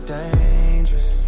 dangerous